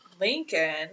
Lincoln